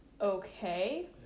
okay